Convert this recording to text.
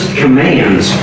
commands